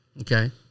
Okay